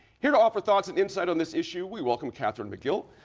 here to offer thoughts and insight on this issue, we welcome cathryn mcgill,